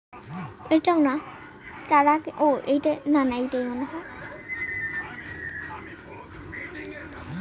গরু ও গবাদি পছুদেরকে আক সঙ্গত পানীয়ে বাছুর বংনি দেই